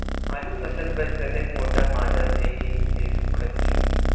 आलू फसल बर कतक मोटा मादा देहे ले सुघ्घर होही?